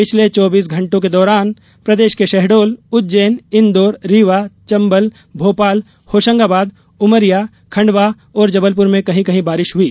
पिछले चौबीस घण्टों के दौरान प्रदेश के शहडोल उज्जैन इंदौर रीवा चंबल भोपाल होशंगाबाद उमरिया खण्डवा और जबलपुर में कहीं कहीं बारिश हुई